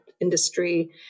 industry